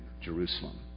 Jerusalem